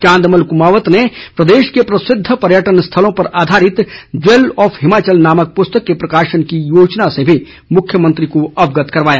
चांदमल कुमावत ने प्रदेश के प्रसिद्व पर्यटन स्थलों पर आधारित ज्वेल ऑफ हिमाचल नामक पुस्तक के प्रकाशन की योजना से भी मुख्यमंत्री को अवगत करवाया